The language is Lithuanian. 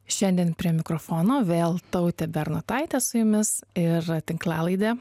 šiandien prie mikrofono vėl tautė bernotaitė su jumis ir tinklalaidė